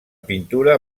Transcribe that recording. pintura